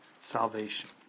salvation